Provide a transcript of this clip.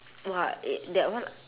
!wah! eh that one